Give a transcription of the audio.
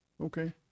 Okay